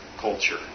culture